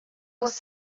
was